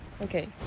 okay